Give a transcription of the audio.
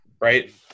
right